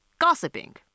gossiping